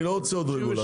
אני לא רוצה עוד רגולציה.